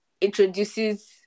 introduces